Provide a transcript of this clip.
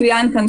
צוין כאן,